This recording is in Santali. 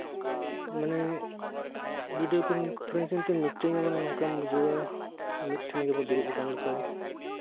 ᱢᱟᱱᱮ ᱵᱷᱤᱰᱭᱳ ᱠᱚᱱᱯᱷᱟᱨᱮᱱᱥᱤᱝ ᱛᱮ ᱢᱤᱴᱤᱝ ᱢᱟᱱᱮ ᱱᱚᱝᱠᱟᱢ ᱵᱩᱡᱷᱟᱹᱣᱟ ᱢᱤᱫᱴᱷᱮᱱ ᱵᱚᱱ ᱫᱩᱲᱩᱵ ᱟᱠᱟᱱ ᱞᱮᱠᱟ